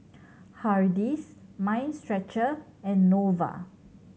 Hardy's Mind Stretcher and Nova